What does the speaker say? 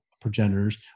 progenitors